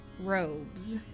robes